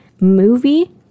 movie